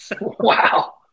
Wow